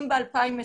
אם ב-2020,